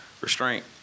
restraint